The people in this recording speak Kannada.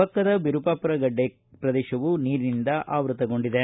ಪಕ್ಕದ ವಿರುಪಾಪುರ ಗಡ್ಡೆ ಪ್ರದೇಶವೂ ನೀರಿನಿಂದ ಆವೃತಗೊಂಡಿದೆ